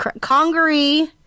Congaree